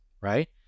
right